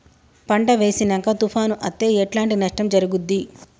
పంట వేసినంక తుఫాను అత్తే ఎట్లాంటి నష్టం జరుగుద్ది?